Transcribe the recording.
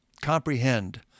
comprehend